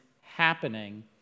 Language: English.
happening